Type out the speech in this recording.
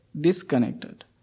disconnected